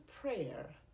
prayer